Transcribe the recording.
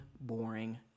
boring